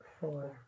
Four